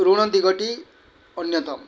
ଋଣ ଦିଗଟି ଅନ୍ୟତମ